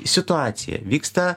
situacija vyksta